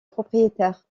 propriétaire